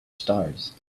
stars